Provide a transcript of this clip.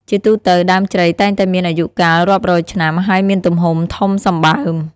ជាទូទៅ ដើមជ្រៃតែងតែមានអាយុកាលរាប់រយឆ្នាំហើយមានទំហំធំសម្បើម។